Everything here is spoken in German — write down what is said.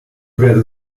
werde